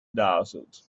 dazzled